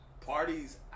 Parties